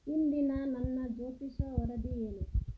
ಇಂದಿನ ನನ್ನ ಜ್ಯೋತಿಷ್ಯ ವರದಿ ಏನು